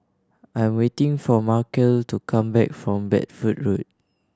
I am waiting for Markell to come back from Bedford Road